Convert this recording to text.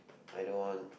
I don't want